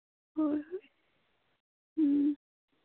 ꯍꯣꯏ ꯍꯣꯏ ꯎꯝ